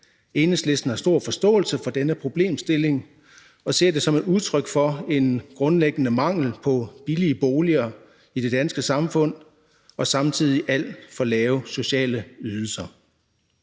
Enhedslisten har stor forståelse for den problemstilling og ser det som et udtryk for en grundlæggende mangel på billige boliger i det danske samfund og samtidig for alt for lave sociale ydelser.